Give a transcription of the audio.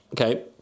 Okay